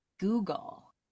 Google